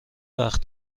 وقت